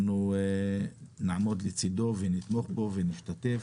אנחנו נעמוד לצידו, נתמוך בו ונשתתף.